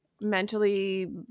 mentally